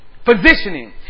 Positioning